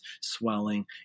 swelling